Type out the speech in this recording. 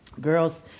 Girls